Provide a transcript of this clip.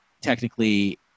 technically